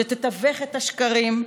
שתתווך את השקרים,